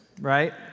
right